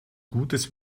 gutes